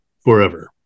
forever